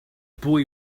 boy